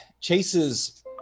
Chase's